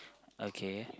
okay